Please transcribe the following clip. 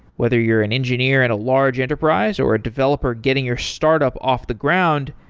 whether you're an engineer at a large enterprise, or a developer getting your startup off the ground,